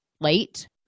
late